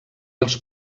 els